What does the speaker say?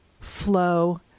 flow